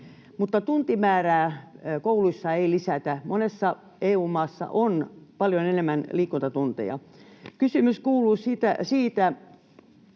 mutta tuntimäärää kouluissa ei lisätä. Monessa EU-maassa on paljon enemmän liikuntatunteja. Kysymys kuuluu siitä